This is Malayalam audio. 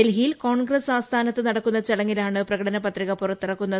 ഡൽഹിയിൽ കോൺഗ്രസ്സ് ആസ്ഥാനത്ത് നടക്കുന്ന ചടങ്ങിലാണ് പ്രകടനപത്രിക പുറത്തിറക്കുന്നത്